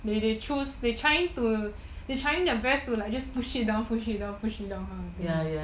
they they choose they trying to they trying their best to like just push it down push it down push it down lah